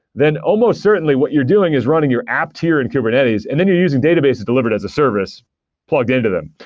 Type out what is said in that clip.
then almost certainly what you're doing is running your app tier in kubernetes and then you're using databases delivered as a service plugged into them.